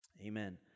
Amen